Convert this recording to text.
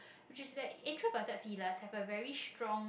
which is that introverted pillar have a very strong